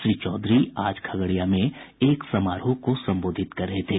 श्री चौधरी आज खगड़िया में एक समारोह को संबोधित कर रहे थे